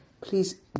please